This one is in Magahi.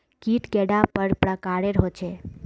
कीट कैडा पर प्रकारेर होचे?